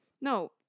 no